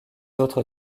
autres